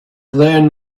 then